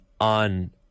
on